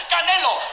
Canelo